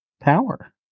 power